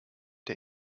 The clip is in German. der